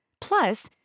Plus